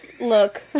look